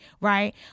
right